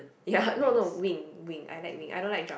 ya no no wing wing I like wing I don't like drum